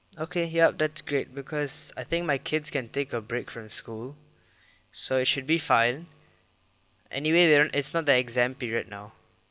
okay yup that's great because I think my kids can take a break from school so it should be fine anyway there it's not the exam period now